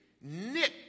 knit